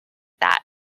that